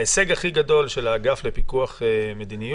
ההישג הכי גדול של האגף לפיקוח מדיניות,